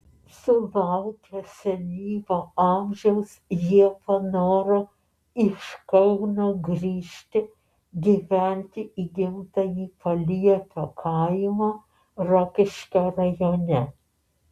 sulaukę senyvo amžiaus jie panoro iš kauno grįžti gyventi į gimtąjį paliepio kaimą rokiškio rajone